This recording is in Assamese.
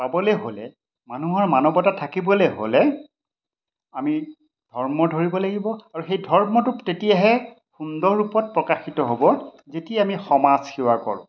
পাবলৈ হ'লে মানুহৰ মানৱতা থাকিবলৈ হ'লে আমি ধৰ্ম ধৰিব লাগিব আৰু সেই ধৰ্মটোক তেতিয়াহে সুন্দৰ ৰূপত প্ৰকাশিত হ'ব যেতিয়া আমি সমাজ সেৱা কৰোঁ